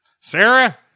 Sarah